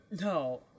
No